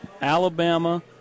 Alabama